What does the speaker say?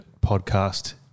podcast